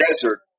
desert